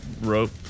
rope